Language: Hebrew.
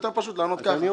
יותר פשוט לענות ככה.